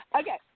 Okay